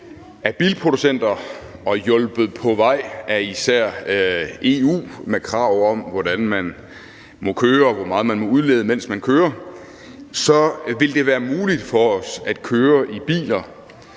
af bilproducenter og hjulpet på vej af især EU. Med krav om, hvordan man må køre, og hvor meget man må udlede, mens man kører, så vil det være muligt for os at køre i biler,